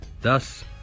Thus